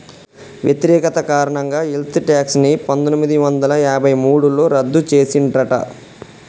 వ్యతిరేకత కారణంగా wealth tax ని పందొమ్మిది వందల యాభై మూడులో రద్దు చేసిండ్రట